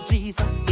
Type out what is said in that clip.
Jesus